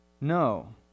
No